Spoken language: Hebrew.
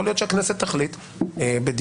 יכול להיות שהכנסת תחליט בדיון,